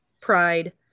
Pride